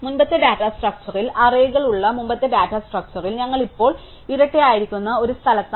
മുമ്പത്തെ ഡാറ്റാ സ്ട്രക്ച്ചറിൽ അറേകളുള്ള മുമ്പത്തെ ഡാറ്റ സ്ട്രക്ച്ചറിൽ ഞങ്ങൾ ഇപ്പോൾ ഇരട്ടയായിരിക്കുന്ന ഒരു സ്ഥലത്താണ്